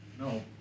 No